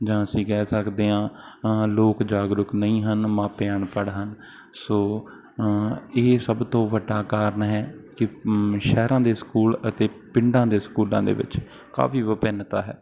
ਜਾਂ ਅਸੀਂ ਕਹਿ ਸਕਦੇ ਹਾਂ ਅ ਲੋਕ ਜਾਗਰੂਕ ਨਹੀਂ ਹਨ ਮਾਪੇ ਅਨਪੜ੍ਹ ਹਨ ਸੋ ਇਹ ਸਭ ਤੋਂ ਵੱਡਾ ਕਾਰਨ ਹੈ ਕਿ ਸ਼ਹਿਰਾਂ ਦੇ ਸਕੂਲ ਅਤੇ ਪਿੰਡਾਂ ਦੇ ਸਕੂਲਾਂ ਦੇ ਵਿੱਚ ਕਾਫ਼ੀ ਵਿਭਿੰਨਤਾ ਹੈ